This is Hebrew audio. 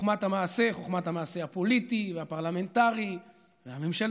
חוכמת המעשה חוכמת המעשה הפוליטי והפרלמנטרי והממשלתי.